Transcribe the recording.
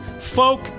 folk